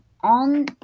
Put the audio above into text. on